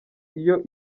iyo